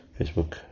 Facebook